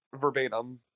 verbatim